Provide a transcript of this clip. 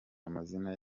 amazina